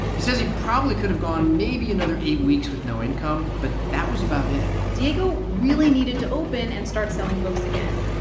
he says he probably could have gone maybe another eight weeks with no income, but that was about it diego really needed to open and start selling books again.